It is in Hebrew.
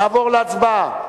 נעבור להצבעה.